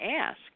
ask